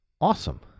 awesome